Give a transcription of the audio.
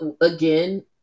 again